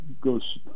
goes